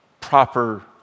proper